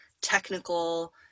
technical